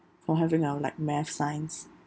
for having our like math science